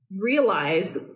realize